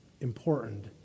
important